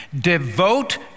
Devote